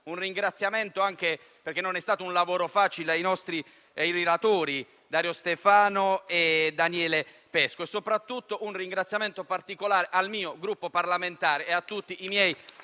un ringraziamento, anche perché non è stato un lavoro facile, ai relatori, presidenti Dario Stefano e Daniele Pesco. Soprattutto, aggiungo un ringraziamento particolare al mio Gruppo parlamentare e a tutti i nostri